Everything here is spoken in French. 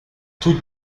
toute